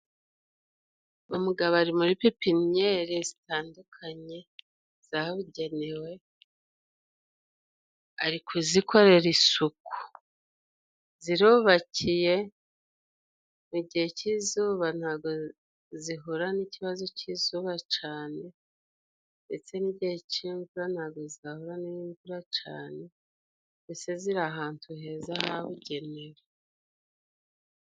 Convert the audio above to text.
Umugabo ari muri pepinyeri zitandukanye zabugenewe ari kuzikorera isuku. Zirubakiye mu gihe cy'izuba zihura n'ikibazo cy'izuba cane ndetse n'igihe cy'imvura nta zahura n'imvura cane mbese ziri ahantu heza habugenewe.